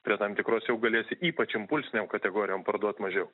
prie tam tikros jau galėsi ypač impulsinėm kategorijom parduot mažiau